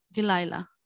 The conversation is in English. Delilah